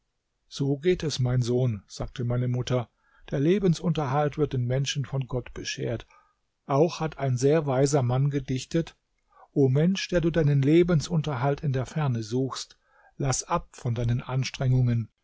so geht es mein sohn sagte meine mutter der lebensunterhalt wird den menschen von gott beschert auch hat ein sehr weiser mann gedichtet o mensch der du deinen lebensunterhalt in der ferne suchst laß ab von deinen anstrengungen